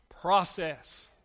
process